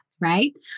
Right